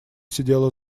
сидела